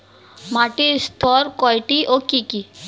মাটির স্তর কয়টি ও কি কি?